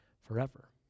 forever